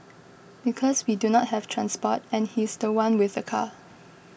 because we do not have transport and he's the one with the car